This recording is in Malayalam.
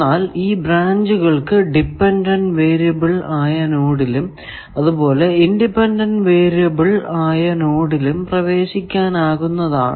എന്നാൽ ഈ ബ്രാഞ്ചുകൾക്കു ഡിപെൻഡന്റ് വേരിയബിൾ ആയ നോഡിലും അതുപോലെ ഇൻഡിപെൻഡന്റ് വേരിയബിൾ ആയ നോഡിലും പ്രവേശിക്കാനാകുന്നതാണ്